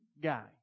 guy